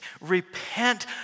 repent